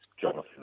Jonathan